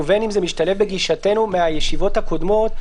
ובין אם זה משתלב בגישתנו מהישיבות הקודמות,